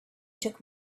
took